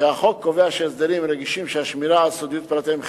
שהחוק קובע שבהסדרים רגישים השמירה על סודיות פרטיהם חיונית,